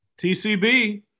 TCB